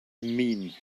mean